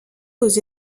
aux